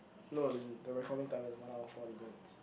no as in the recording time is one hour forty minutes